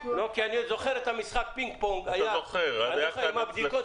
כי אני זוכר את הפינג-פונג לגבי הבדיקות